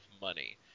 money